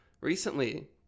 recently